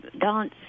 dance